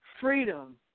freedom